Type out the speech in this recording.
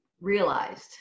realized